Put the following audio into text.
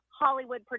Hollywood